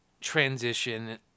transition